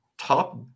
top